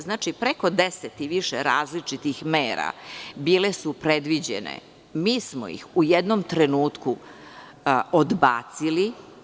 Znači, preko deset i više različitih mera bile su predviđene, mi smo ih u jednom trenutku odbacili.